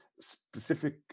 Specific